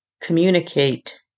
communicate